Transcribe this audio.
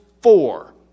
four